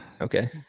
Okay